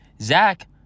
Zach